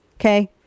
Okay